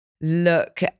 look